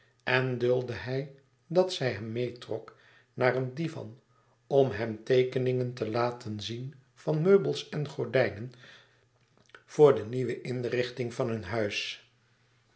en duldde hij dat zij hem meêtrok naar een divan om hem teekeningen te laten zien van meubels en gordijnen voor de nieuwe inrichting van hun huis